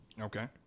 Okay